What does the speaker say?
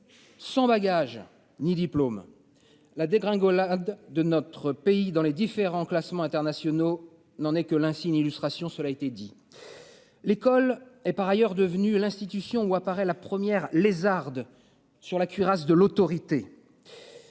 Sans bagages ni diplôme. La dégringolade de notre pays dans les différents classements internationaux n'en est que l'insigne Illustration, cela a été dit. L'école est par ailleurs devenu l'institution où apparaît la première lézardes sur la cuirasse de l'autorité.